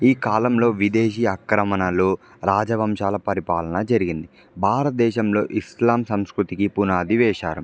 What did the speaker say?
ఈ కాలంలో విదేశీ ఆక్రమణలు రాజవంశాల పరిపాలన జరిగింది భారతదేశంలో ఇస్లాం సంస్కృతికి పునాది వేశారు